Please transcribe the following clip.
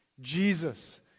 Jesus